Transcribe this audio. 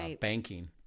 banking